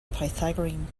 pythagorean